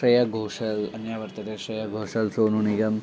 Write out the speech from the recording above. श्रेया गोषल् अन्या वर्तते श्रेया गोषल् सोनु निगम्